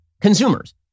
consumers